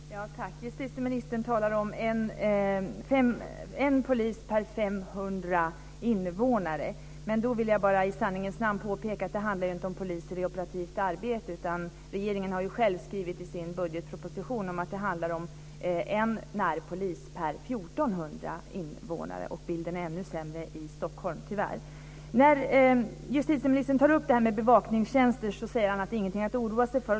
Fru talman! Justitieministern talar om en polis per 500 invånare. Men då vill jag bara i sanningens namn påpeka att det inte handlar om poliser i operativt arbete. Regeringen har själv skrivit i sin budgetproposition att det handlar om en närpolis per 1 400 invånare, och bilden är ännu mörkare i Stockholm, tyvärr. När justitieministern tar upp det här med bevakningstjänster säger han att det är ingenting att oroa sig för.